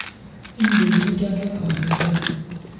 इन बीज में क्या क्या ख़ासियत है?